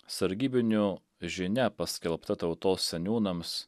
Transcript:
sargybinių žinia paskelbta tautos seniūnams